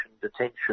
detention